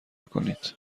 کنید